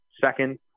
second